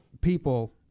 people